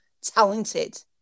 talented